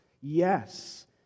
Yes